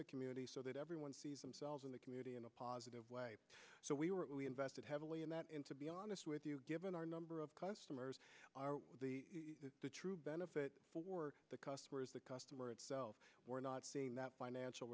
the community so that everyone sees themselves in the community in a positive way so we were really invested heavily in that in to be honest with you given our number of customers the true benefit for the customer is the customer itself we're not seeing that financial